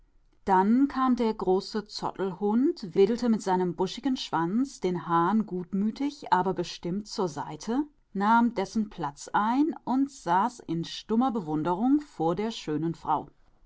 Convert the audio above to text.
dann kam der große zottelhund wedelte mit seinem buschigen schwanz den hahn gutmütig aber bestimmt zur seite nahm dessen platz ein und saß in stummer bewunderung vor der schönen frau